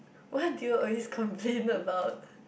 what do you always complain about